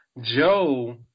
Joe